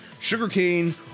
Sugarcane